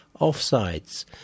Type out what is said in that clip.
Offsides